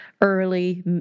early